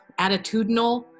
attitudinal